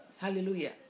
Hallelujah